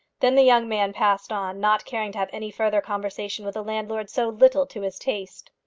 then the young man passed on, not caring to have any further conversation with a landlord so little to his taste.